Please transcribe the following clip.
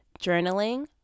journaling